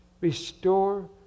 Restore